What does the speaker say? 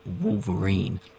Wolverine